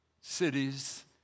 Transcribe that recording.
cities